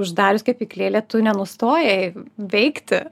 uždarius kepyklėlę tu nenustojai veikti